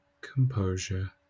composure